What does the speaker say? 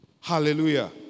Hallelujah